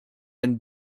and